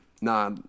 Nah